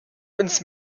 uns